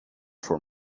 for